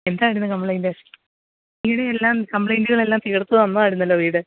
എന്തായിരുന്നു കംപ്ളെയിൻറ്റ് വീട് എല്ലാം കംപ്ലെയിൻറ്റുകളെല്ലാം തീർത്ത് തന്നതായിരുന്നല്ലോ വീട്